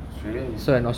australian is